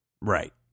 Right